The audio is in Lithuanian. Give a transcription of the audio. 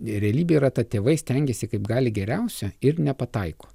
realybė yra ta tėvai stengiasi kaip gali geriausio ir nepataiko